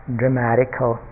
dramatical